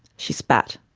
she spat.